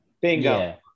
Bingo